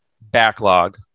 backlog